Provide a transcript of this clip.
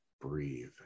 breathe